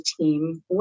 team